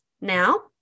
now